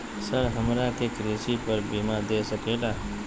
Sir हमरा के कृषि पर बीमा दे सके ला?